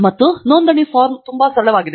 ಮತ್ತು ನೋಂದಣಿ ಫಾರ್ಮ್ ತುಂಬಾ ಸರಳವಾಗಿದೆ